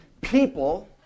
People